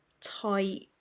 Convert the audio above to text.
tight